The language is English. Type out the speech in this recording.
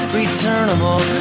returnable